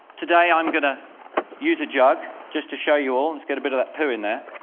today i'm going to use a jug just to show you all. let's get a bit of that poo in there.